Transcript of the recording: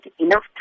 enough